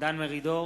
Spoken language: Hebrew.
דן מרידור,